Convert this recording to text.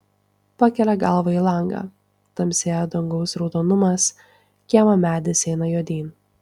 pakelia galvą į langą tamsėja dangaus raudonumas kiemo medis eina juodyn